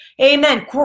Amen